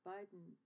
Biden